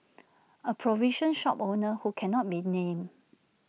A provision shop owner who cannot be named